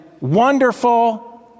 wonderful